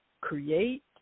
create